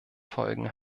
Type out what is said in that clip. folgen